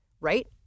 Right